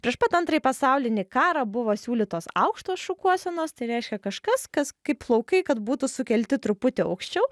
prieš pat antrąjį pasaulinį karą buvo siūlytos aukštos šukuosenos tai reiškia kažkas kas kaip plaukai kad būtų sukelti truputį aukščiau